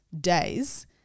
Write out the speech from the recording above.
days